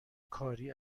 کاری